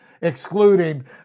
excluding